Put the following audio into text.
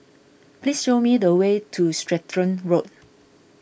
please show me the way to Stratton Road